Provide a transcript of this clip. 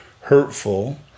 hurtful